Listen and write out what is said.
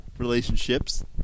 relationships